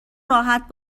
راحت